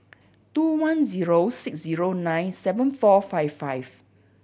two one zero six zero nine seven four five five